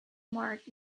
marked